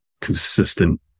consistent